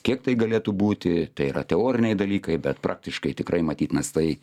kiek tai galėtų būti tai yra teoriniai dalykai bet praktiškai tikrai matyt mes tai